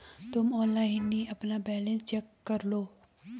तुम ऑनलाइन ही अपना बैलन्स चेक करलो